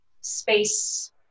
space